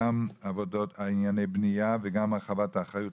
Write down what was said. גם ענייני הבנייה וגם הרחבת האחריות